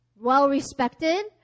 well-respected